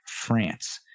France